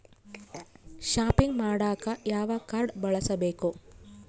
Shopping ಮಾಡಾಕ ಯಾವ card ಬಳಸಬೇಕು?